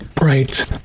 Right